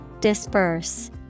Disperse